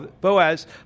Boaz